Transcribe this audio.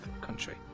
country